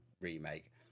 remake